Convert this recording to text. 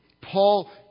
Paul